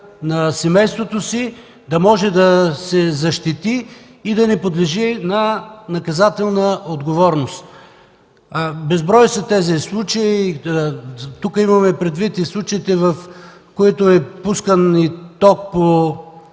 на семейството си, да може да се защити и да не подлежи на наказателна отговорност. Безброй са тези случаи. Тук имаме предвид и случаите, в които е пускан ток от